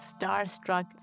starstruck